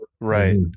right